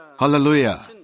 Hallelujah